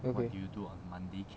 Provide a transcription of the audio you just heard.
okay